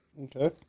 Okay